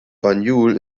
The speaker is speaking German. banjul